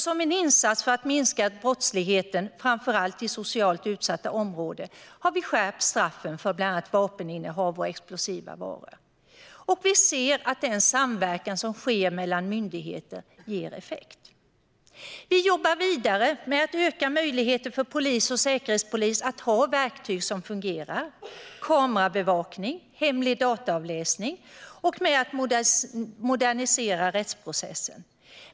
Som en insats för att minska brottsligheten, framför allt i socialt utsatta områden, har vi skärpt straffen för bland annat innehav av vapen och explosiva varor. Vi ser också att den samverkan som sker mellan myndigheter ger effekt. Vi jobbar vidare med att öka möjligheterna för polis och säkerhetspolis att ha verktyg som fungerar - kamerabevakning och hemlig dataavläsning - och med att modernisera rättsprocessen.